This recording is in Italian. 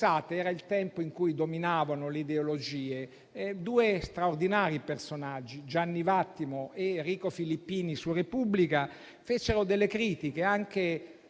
popolari. Era il tempo in cui dominavano le ideologie e due straordinari personaggi, Gianni Vattimo ed Enrico Filippini, su «Repubblica» mossero critiche anche